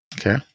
okay